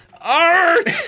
Art